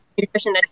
nutrition